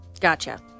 Gotcha